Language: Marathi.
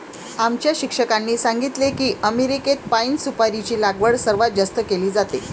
आमच्या शिक्षकांनी सांगितले की अमेरिकेत पाइन सुपारीची लागवड सर्वात जास्त केली जाते